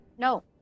No